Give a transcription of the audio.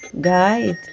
guide